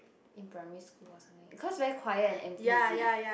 in primary school or something cause very quiet and empty is it